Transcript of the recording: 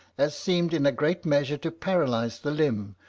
as seemed in a great measure to paralyse the limb,